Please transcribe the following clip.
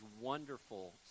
wonderful